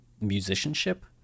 musicianship